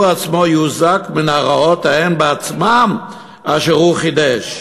הוא עצמו יוזק מן הרעות ההן עצמן אשר הוא חידש.